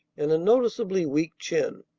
and a noticeably weak chin.